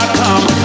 come